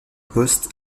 poste